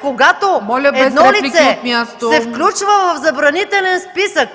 Когато едно лице се включва в забранителен списък,